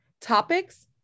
topics